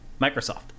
Microsoft